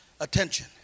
attention